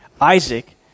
Isaac